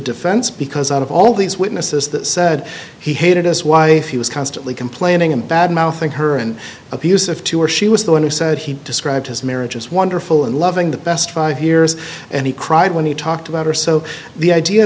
defense because out of all these witnesses that said he hated us why he was constantly complaining and bad mouth him her and abusive to her she was the one who said he described his marriage as wonderful and loving the best five years and he cried when he talked about her so the idea